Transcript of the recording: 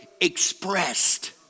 expressed